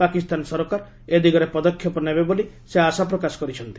ପାକିସ୍ତାନ ସରକାର ଏ ଦିଗରେ ପଦକ୍ଷେପ ନେବେ ବୋଲି ସେ ଆଶା ପ୍ରକାଶ କରିଛନ୍ତି